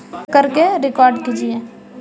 योजनामा के लिए अप्लाई कैसे करिए?